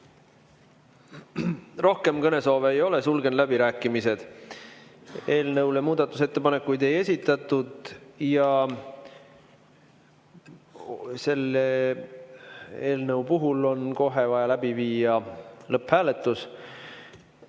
Rohkem kõnesoove ei ole, sulgen läbirääkimised. Eelnõu kohta muudatusettepanekuid ei esitatud. Selle eelnõu puhul on kohe vaja läbi viia lõpphääletus.